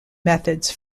methods